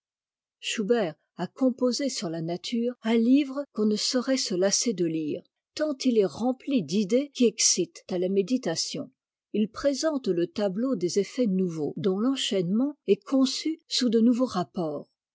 schubert a composé sur la nature un livre qu'on ne saurait se lasser de lire tant il est rempli d'idées qui excitent à la méditation il présente le tableau des effets nouveaux dont l'enchaînement est conçu sous de nouveaux rapports